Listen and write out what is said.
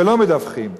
ולא מדווחים,